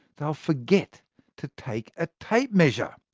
they'll forget to take a tape measure.